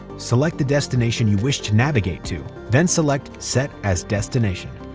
select the destination you wish to navigate to. then select set as destination.